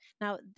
Now